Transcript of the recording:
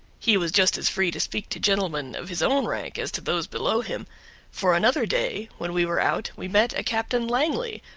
he was just as free to speak to gentlemen of his own rank as to those below him for another day, when we were out, we met a captain langley,